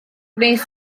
gwnes